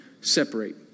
separate